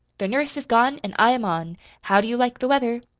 the nurse is gone an' i am on how do you like the weather?